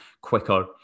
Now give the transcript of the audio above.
quicker